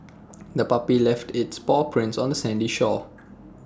the puppy left its paw prints on the sandy shore